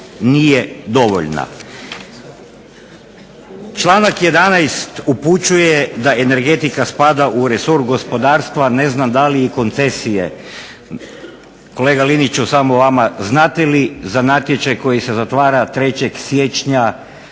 nije dovoljna. Članak 11. upućuje da energetika spada u resor gospodarstva, ne znam da li i koncesije. Kolega Liniću samo vama, znate li za natječaj koji se zatvara 3. siječnja